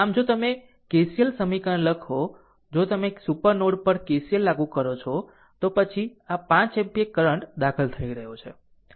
આમ જો તમે KCL સમીકરણ લખો જો તમે સુપર નોડ પર KCL લાગુ કરો છો તો પછી આ 5 એમ્પીયર કરંટ દાખલ થઈ રહ્યો છે